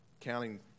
counting